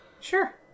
Sure